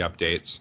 updates